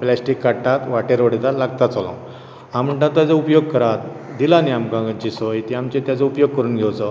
plastic काडटात वाटेर उडयतात आनी लागतात चलोंक हांव म्हुणटा तेजो उपयोग करात दिला न्ही आमकां गरजेक संवय ती आमची तेजो उपयोग करून घेवचो